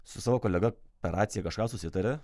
su savo kolega per raciją kažką susitarė